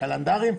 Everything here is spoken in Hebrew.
קלנדריים?